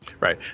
Right